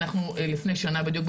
אנחנו לפני שנה בדיוק,